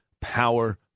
Power